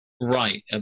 Right